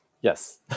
Yes